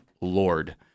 Lord